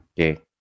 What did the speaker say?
Okay